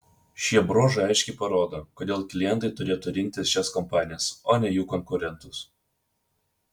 šie bruožai aiškiai parodo kodėl klientai turėtų rinktis šias kompanijas o ne jų konkurentus